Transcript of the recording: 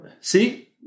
See